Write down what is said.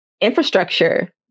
infrastructure